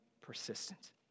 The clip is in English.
persistent